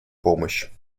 помощь